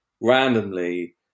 randomly